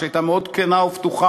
שהייתה מאוד כנה ופתוחה,